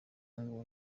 ngo